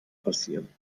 passieren